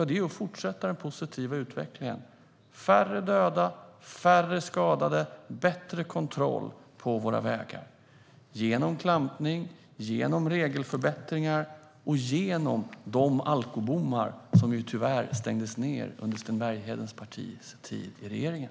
Det är att fortsätta den positiva utvecklingen med färre dödade och färre skadade och bättre kontroll på våra vägar genom klampning, genom regelförbättringar och genom de alkobommar som tyvärr stängdes ned under Sten Berghedens partis tid i regeringen.